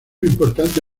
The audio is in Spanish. importante